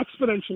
exponentially